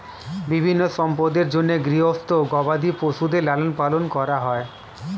বিভিন্ন সম্পদের জন্যে গৃহস্থ গবাদি পশুদের লালন পালন করা হয়